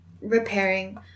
repairing